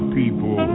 people